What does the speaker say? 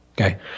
okay